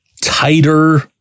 tighter